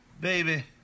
Baby